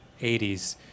80s